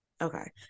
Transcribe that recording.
Okay